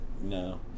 no